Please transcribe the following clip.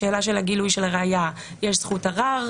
בשלב של החקירה ימשיך לחול המבחן הרגיל.